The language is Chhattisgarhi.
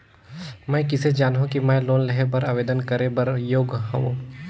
मैं किसे जानहूं कि मैं लोन लेहे बर आवेदन करे बर योग्य हंव?